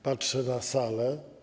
Patrzę na salę.